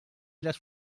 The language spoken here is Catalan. les